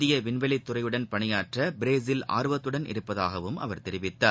இந்திய விண்வெளி துறையுடன் பணியாற்ற பிரேசில் ஆர்வத்துடன் இருப்பதாகவும் அவர் கூறினார்